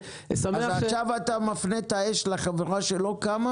ועכשיו אתה מפנה את האש לחברה שלא קמה